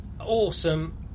Awesome